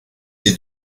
est